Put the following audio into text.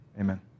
Amen